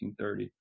1930